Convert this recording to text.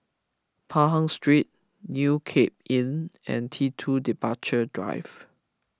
Pahang Street New Cape Inn and T two Departure Drive